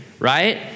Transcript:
right